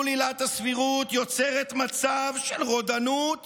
הסבירות יוצר מצב של רודנות